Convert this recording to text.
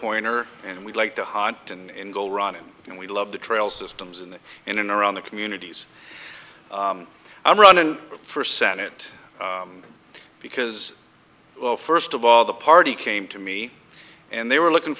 pointer and we like to hide and go running and we love the trail systems in the in and around the communities i'm running for senate because well first of all the party came to me and they were looking